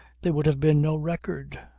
there would have been no record,